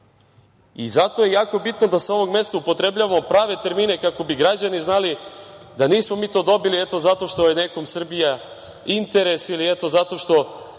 je jako bitno da sa ovog mesta upotrebljavamo prave termine, kako bi građani znali da mi nismo to dobili zato što je nekom Srbija interes, zato što